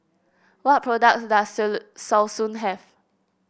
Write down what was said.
what products does Selsun have